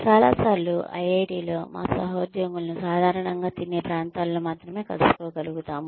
చాలా సార్లు ఐఐటిలో మా సహోద్యోగులను సాధారణంగా తినే ప్రాంతాలలో మాత్రమే కలుసుకోగలుగుతాము